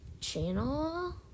channel